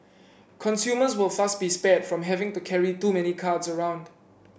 consumers will thus be spared from having to carry too many cards around